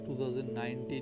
2019